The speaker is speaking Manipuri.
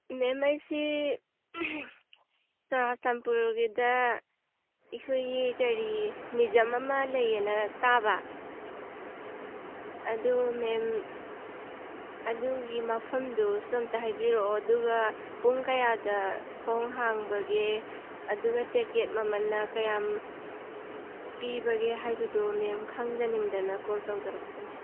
ꯃꯦꯝ ꯑꯩꯁꯤ ꯆꯨꯔꯥꯆꯥꯟꯄꯨꯔꯒꯤꯗ ꯑꯩꯈꯣꯏꯒꯤ ꯀꯔꯤ ꯃ꯭ꯌꯨꯖꯤꯌꯝ ꯑꯃ ꯂꯩꯌꯦ ꯇꯥꯕ ꯑꯗꯨ ꯃꯦꯝ ꯑꯗꯨꯒꯤ ꯃꯐꯝꯗꯨꯁꯨ ꯑꯝꯇ ꯍꯥꯏꯕꯤꯔꯛꯑꯣ ꯑꯗꯨꯒ ꯄꯨꯡ ꯀꯌꯥꯗ ꯊꯣꯡ ꯍꯥꯡꯕꯒꯦ ꯑꯗꯨꯒ ꯇꯦꯀꯦꯠ ꯃꯃꯜ ꯀꯌꯥꯝ ꯄꯤꯕꯒꯦ ꯍꯥꯏꯕꯗꯨ ꯃꯦꯝ ꯈꯪꯖꯅꯤꯡꯗꯅ ꯀꯣꯜ ꯇꯧꯖꯔꯛꯄꯅꯤ